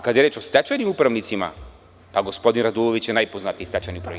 Kada je reč o stečajnim upravnicima, pa gospodin Radulović je najpoznatiji stečajni upravnik.